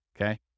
Okay